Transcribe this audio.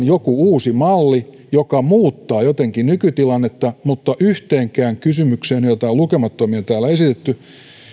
joku uusi malli joka muuttaa jotenkin nykytilannetta mutta yhteenkään kysymykseen joita on lukemattomia täällä esitetty